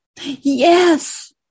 yes